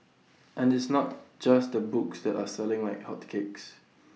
and it's not just the books that are selling like hotcakes